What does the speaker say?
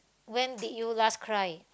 when did you last cry